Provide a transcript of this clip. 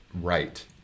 right